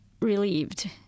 relieved